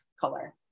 color